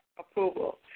Approval